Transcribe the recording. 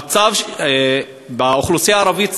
המצב באוכלוסייה הערבית,